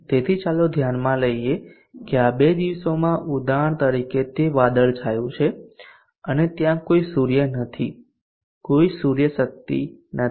તેથી ચાલો ધ્યાનમાં લઈએ કે આ 2 દિવસોમાં ઉદાહરણ તરીકે તે વાદળછાયું છે અને ત્યાં કોઈ સૂર્ય નથી સૂર્ય શક્તિ નથી